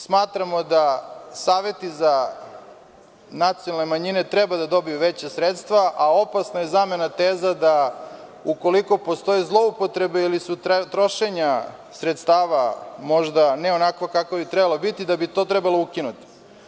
Smatramo da Saveti za nacionalne manjine treba da dobiju veća sredstva, a opasna je zamena teza da, ukoliko postoje zloupotrebe ili su trošenja sredstava možda ne onakva kakva bi trebala biti, da bi to trebalo ukinuti.